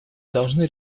должны